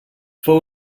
fou